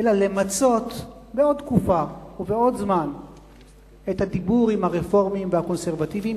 אלא למצות בעוד תקופה ובעוד זמן את הדיבור עם הרפורמים והקונסרבטיבים,